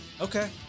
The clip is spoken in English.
Okay